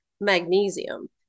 magnesium